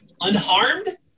unharmed